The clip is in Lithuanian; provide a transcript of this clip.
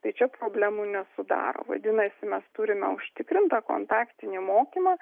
tai čia problemų nesudaro vadinasi mes turime užtikrintą kontaktinį mokymą